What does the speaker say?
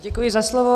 Děkuji za slovo.